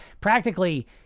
practically